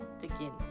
begin